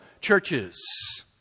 churches